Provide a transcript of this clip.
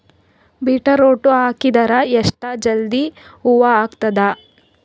Beetroot ಹಾಕಿದರ ಎಷ್ಟ ಜಲ್ದಿ ಹೂವ ಆಗತದ?